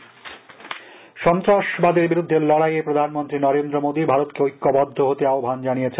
প্রধানমন্ত্রী সন্ত্রাসবাদের বিরুদ্ধে লডাইয়ে প্রধানমন্ত্রী নরেন্দ্র মোদী ভারতকে ঐক্যবদ্ধ হতে আহ্বান আনিয়েছেন